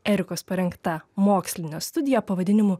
erikos parengta mokslinė studija pavadinimu